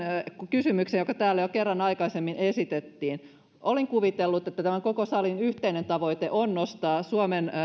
kysymykseen joka täällä jo kerran aikaisemmin esitettiin olin kuvitellut että tämän koko salin yhteinen tavoite on nostaa suomen